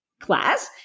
class